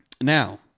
now